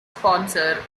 sponsor